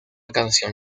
canción